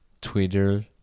Twitter